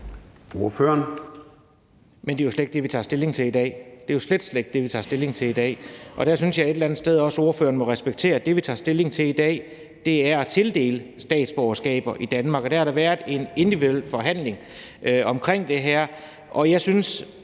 Kronborg (S): Det er jo slet ikke det, vi tager stilling til i dag. Det er jo slet, slet ikke det, vi tager stilling til i dag. Der synes jeg et eller andet sted også, ordføreren må respektere, at det, vi tager stilling til i dag, er at tildele statsborgerskaber i Danmark, og der har der været en individuel forhandling omkring det her. Og jeg synes